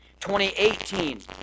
2018